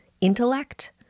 intellect